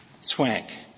Swank